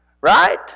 Right